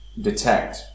detect